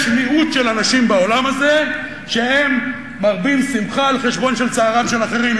יש מיעוט של אנשים בעולם הזה שהם מרבים שמחה על חשבון צערם של אחרים.